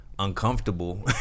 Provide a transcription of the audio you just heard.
uncomfortable